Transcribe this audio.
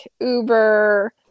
uber